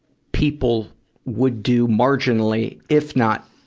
people would do marginally, if not,